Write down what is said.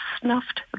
snuffed